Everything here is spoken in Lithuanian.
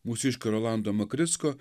mūsiškio rolando makricko